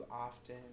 often